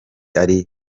ari